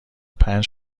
پنج